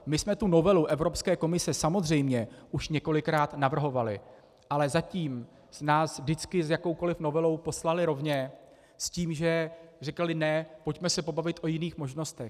My jsme tu novelu Evropské komise samozřejmě už několikrát navrhovali, ale zatím nás vždycky s jakoukoli novelou poslali rovně, s tím že říkali ne, pojďme se pobavit o jiných možnostech.